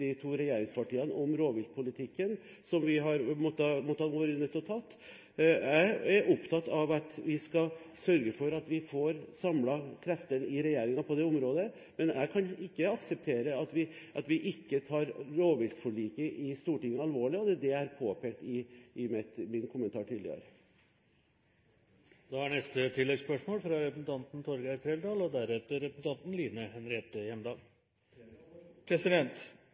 de to regjeringspartiene om rovviltpolitikken – den har vi vært nødt til å ta. Jeg er opptatt av at vi skal sørge for at vi får samlet kreftene i regjeringen på dette området. Jeg kan ikke akseptere at vi ikke tar rovviltforliket i Stortinget alvorlig, og det er det jeg har påpekt i mine kommentarer tidligere. Torgeir Trældal – til oppfølgingsspørsmål. Landbruket sliter. Reindriftsnæringen og